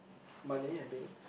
money I think